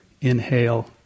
Inhale